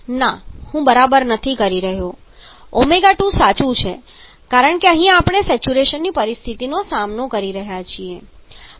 ના હું બરાબર નથી કરી રહ્યો ω2 સાચું છે કારણ કે અહીં આપણે સેચ્યુરેશનની પરિસ્થિતિનો સામનો કરી રહ્યા છીએ